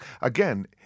again